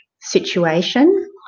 situation